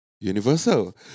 Universal